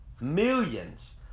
millions